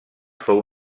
fou